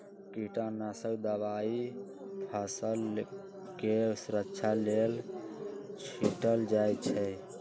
कीटनाशक दवाई फसलके सुरक्षा लेल छीटल जाइ छै